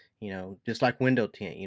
you know just like window tint,